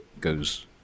goes